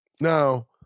Now